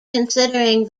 considering